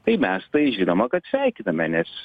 tai mes tai žinoma kad sveikiname nes